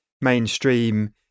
mainstream